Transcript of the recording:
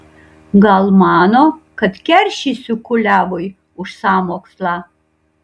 gal mano kad keršysiu kuliavui už sąmokslą